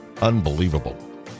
Unbelievable